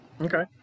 Okay